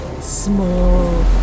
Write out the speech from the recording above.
Small